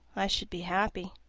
i should be happy.